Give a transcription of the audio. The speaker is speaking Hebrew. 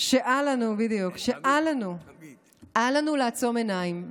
שאל לנו, אל לנו לעצום עיניים.